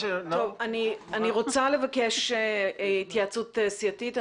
אני רוצה לבקש התייעצות סיעתית.